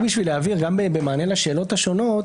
רק בשביל להבהיר גם במענה לשאלות השונות,